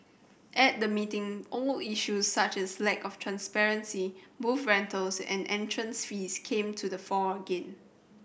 at the meeting old issues such as lack of transparency booth rentals and entrance fees came to the fore again